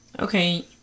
Okay